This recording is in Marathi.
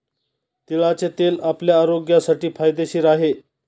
तिळाचे तेल आपल्या आरोग्यासाठी फायदेशीर आहे